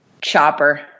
Chopper